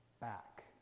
back